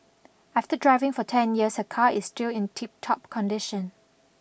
after driving for ten years her car is still in tiptop condition